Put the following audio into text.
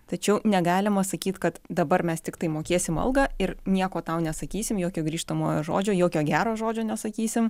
tačiau negalima sakyt kad dabar mes tiktai mokėsim algą ir nieko tau nesakysim jokio grįžtamojo žodžio jokio gero žodžio nesakysim